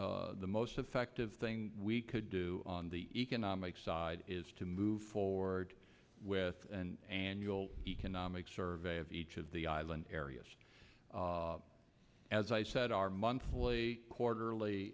the most effective thing we could do on the economic side is to move forward with an annual economic survey of each of the island areas as i said our monthly quarterly